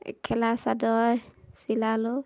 মেখেলা চাদৰ চিলালোঁ